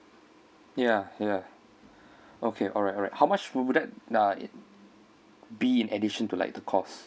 ya ya okay alright alright how much would would that uh be in addition to like the cost